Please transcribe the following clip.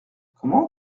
comment